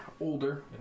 older